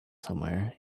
somewhere